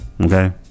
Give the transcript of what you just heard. okay